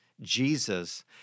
Jesus